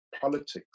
politics